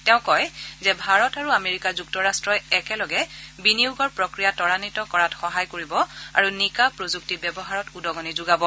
তেওঁ কয় যে ভাৰত আৰু আমেৰিকা যুক্তৰাট্টই একেলগে বিনিয়োগৰ প্ৰক্ৰিয়া ত্ৰান্নিত কৰাত সহায় কৰিব আৰু নিকা প্ৰযুক্তি ব্যৱহাৰত উদগণি যোগাব